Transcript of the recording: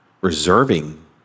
reserving